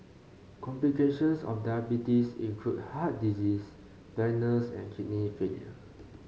complications of diabetes include heart disease blindness and kidney failure